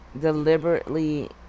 deliberately